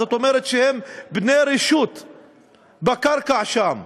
זאת אומרת שהם בני רשות בקרקע שם.